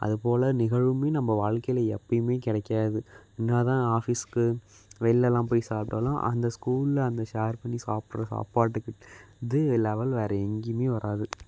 அதுபோல் நிகழ்வுமே நம்ம வாழ்க்கையில எப்பயுமே கிடைக்காது என்ன தான் ஆஃபீஸ்சுக்கு வெளிலலாம் போய் சாப்பிட்டாலும் அந்த ஸ்கூலில் அந்த ஷேர் பண்ணி சாப்பிட்ற சாப்பாட்டுக்கு இது லெவல் வேறு எங்கேயுமே வராது